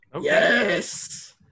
Yes